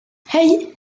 hey